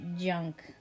junk